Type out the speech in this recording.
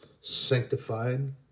sanctified